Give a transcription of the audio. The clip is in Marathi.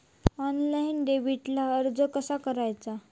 ऑनलाइन डेबिटला अर्ज कसो करूचो?